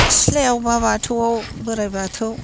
सिथ्लायाव बा बाथौआव बोराइ बाथौ